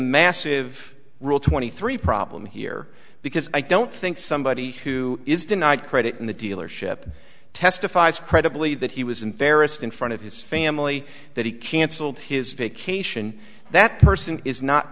massive rule twenty three problem here because i don't think somebody who is denied credit in the dealership testifies credibly that he was embarrassed in front of his family that he canceled his vacation that person is not